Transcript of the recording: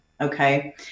okay